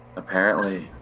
apparently.